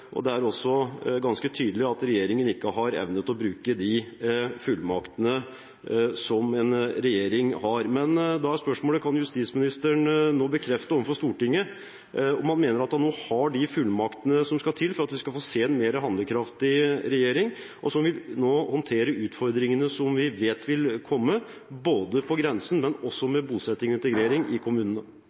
Det er også ganske tydelig at regjeringen ikke har evnet å bruke de fullmaktene som en regjering har. Da er spørsmålet: Kan justisministeren nå bekrefte overfor Stortinget om han mener at han har de fullmaktene som skal til for at vi skal få se en mer handlekraftig regjering, som vil håndtere utfordringene som vi vet vil komme, både på grensen og med bosetting og integrering i kommunene?